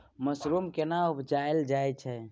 Mushroom केना उबजाबल जाय छै?